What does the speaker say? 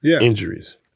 injuries